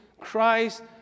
Christ